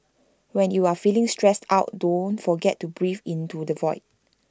when you are feeling stressed out don't forget to breathe into the void